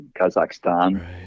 Kazakhstan